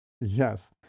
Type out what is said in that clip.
yes